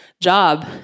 job